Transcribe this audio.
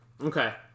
Okay